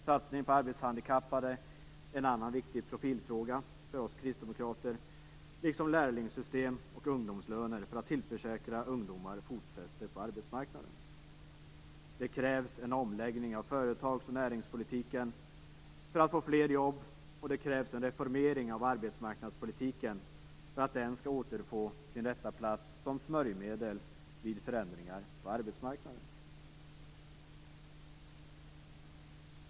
Satsning på arbetshandikappade är en annan viktig profilfråga för oss kristdemokrater, liksom lärlingssystem och ungdomslöner för att tillförsäkra ungdomar fotfäste på arbetsmarknaden. Det krävs en omläggning av företags och näringspolitiken för att få fler jobb, och det krävs en reformering av arbetsmarknadspolitiken för att den skall återfå sin rätta plats som smörjmedel vid förändringar på arbetsmarknaden.